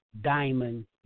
Diamond